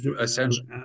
essentially